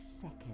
second